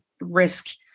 risk